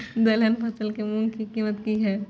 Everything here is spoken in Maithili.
दलहन फसल के मूँग के कीमत की हय?